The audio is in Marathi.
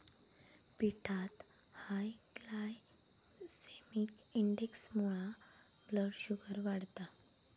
पिठात हाय ग्लायसेमिक इंडेक्समुळा ब्लड शुगर वाढता